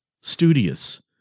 studious